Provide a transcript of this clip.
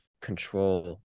control